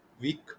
week